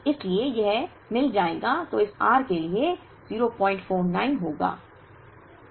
इसलिए यह मिल जाएगा तो इस r के लिए 049 होगा